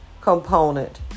component